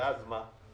ואז מה?